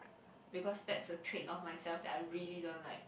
because that's a trait of myself that I really don't like